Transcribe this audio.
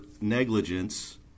negligence